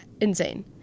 insane